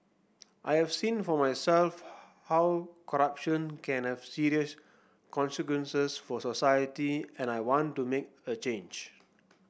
I have seen for myself how corruption can have serious consequences for society and I want to make a change